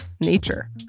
nature